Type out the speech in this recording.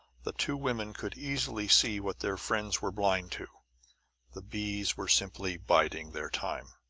the two women could easily see what their friends were blind to the bees were simply biding their time.